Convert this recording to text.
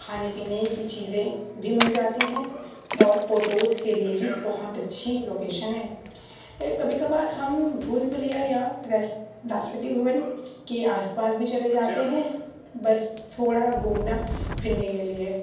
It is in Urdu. کھانے پینے کی چیزیں بھی مل جاتی ہیں اور فوٹوز کے لیے بھی بہت اچھی لوکیشن ہے کبھی کبھار ہم بھول بھلیا یا راشٹرپتی بھون کے آس پاس بھی چلے جاتے ہیں بس تھوڑا گھومنا پھرنے کے لیے